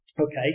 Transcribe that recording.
okay